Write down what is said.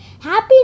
Happy